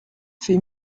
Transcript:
fait